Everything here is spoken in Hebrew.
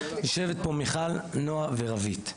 יושבות פה מיכל, נועה ורוית.